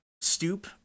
stoop